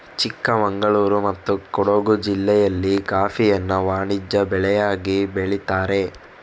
ಚಿಕ್ಕಮಗಳೂರು ಮತ್ತೆ ಕೊಡುಗು ಜಿಲ್ಲೆಯಲ್ಲಿ ಕಾಫಿಯನ್ನ ವಾಣಿಜ್ಯ ಬೆಳೆಯಾಗಿ ಬೆಳೀತಾರೆ